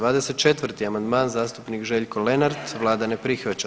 24. amandman zastupnik Željko Lenart, vlada ne prihvaća.